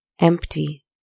Empty